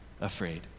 afraid